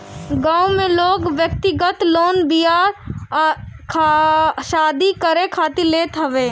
गांव में लोग व्यक्तिगत लोन बियाह शादी करे खातिर लेत हवे